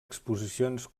exposicions